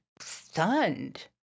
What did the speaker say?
stunned